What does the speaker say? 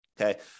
okay